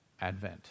advent